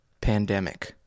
pandemic